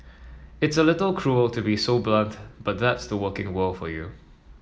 it's a little cruel to be so blunt but that's the working world for you